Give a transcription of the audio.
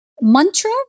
mantra